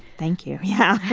thank you. yeah.